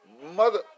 Mother